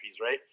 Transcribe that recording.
right